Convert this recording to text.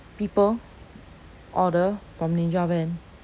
people order from ninja van